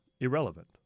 irrelevant